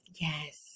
Yes